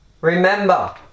Remember